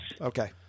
Okay